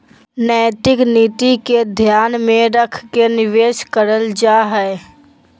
नैतिक नीति के ध्यान में रख के निवेश करल जा हइ